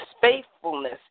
faithfulness